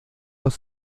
los